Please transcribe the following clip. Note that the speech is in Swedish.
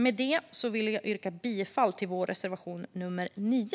Med det vill jag yrka bifall till reservation nummer 9.